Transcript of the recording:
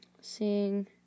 seeing